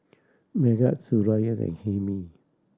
Megat Suraya and Hilmi